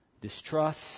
distrust